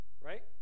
right